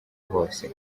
hose